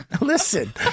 listen